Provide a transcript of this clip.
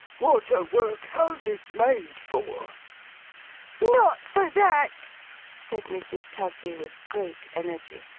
what are workhouses made for not for that said mrs. tugby, with great energy.